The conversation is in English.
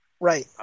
Right